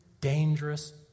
dangerous